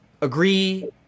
Agree